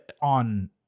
on